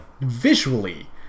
visually